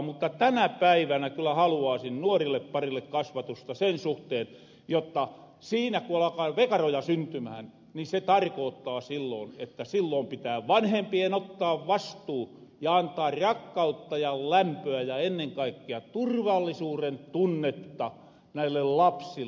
mutta tänä päivänä kyllä haluaasin nuorille parille kasvatusta sen suhteen jotta siinä ku alkaa vekaroja syntymähän niin se tarkoottaa että sillon pitää vanhempien ottaa vastuu ja antaa rakkautta ja lämpöä ja ennen kaikkea turvallisuuren tunnetta näille lapsille